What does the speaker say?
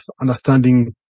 understanding